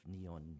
neon